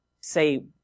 say